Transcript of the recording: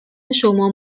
شما